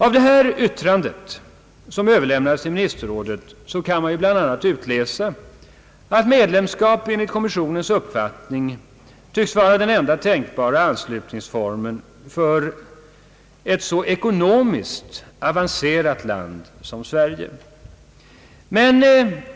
Av detta yttrande, som överlämnades till ministerrådet, kan man bl.a. utläsa att medlemskap enligt kommissionens uppfattning tycks vara den enda tänkbara anslutningsformen för ett så ekonomiskt avancerat land som Sverige.